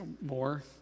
more